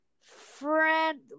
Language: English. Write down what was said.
friend